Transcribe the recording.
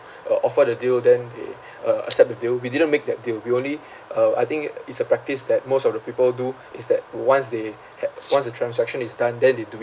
uh offer the deal then they uh accept the deal we didn't make that deal we only uh I think it's a practice that most of the people do is that once they had once the transaction is done then they do it